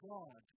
God